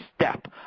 step